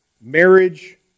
marriage